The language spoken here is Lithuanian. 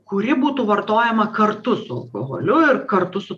kuri būtų vartojama kartu su alkoholiu ir kartu su